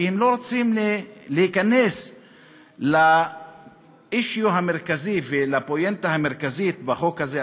כי הם לא רוצים להיכנס ל-issue המרכזי ולפואנטה המרכזית בחוק הזה,